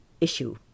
issue